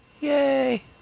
Yay